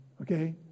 okay